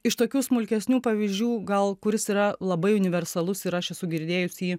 iš tokių smulkesnių pavyzdžių gal kuris yra labai universalus ir aš esu girdėjus jį